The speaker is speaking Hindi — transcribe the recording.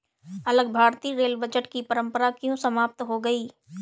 अलग भारतीय रेल बजट की परंपरा क्यों समाप्त की गई?